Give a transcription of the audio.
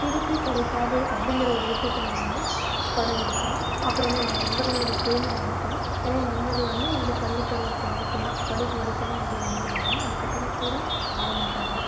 திருப்பி கிடைக்காது அப்படிங்கிற ஒரு விஷியத்தை நான் வந்து படம் எடுப்பேன் அப்புறம் வந்து என்னோடய நண்பர்களோட சேர்ந்து நான் எடுப்பேன் ஏன்னா என் நண்பர்கள் வந்து என்னுடைய பள்ளிப் பருவத்து வரைக்கும் தான் படிப்பு வரைக்கும் தான் என்னுடைய நண்பர்கள்லாம் அதுக்கப்புறம் கூட வர மாட்டாங்கள்